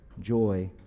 Joy